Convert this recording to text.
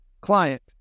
client